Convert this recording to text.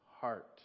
heart